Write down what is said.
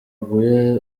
aguye